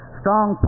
strong